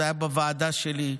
זה היה בוועדה שלי,